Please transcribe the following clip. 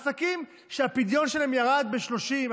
עסקים שהפדיון שלהם ירד ב-30%,